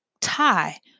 tie